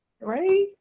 right